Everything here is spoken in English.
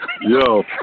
Yo